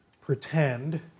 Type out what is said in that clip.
pretend